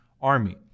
army